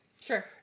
Sure